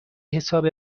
حساب